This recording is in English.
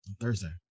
thursday